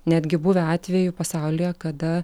netgi buvę atvejų pasaulyje kada